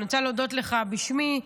אני רוצה להודות לך בשמי,